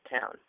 town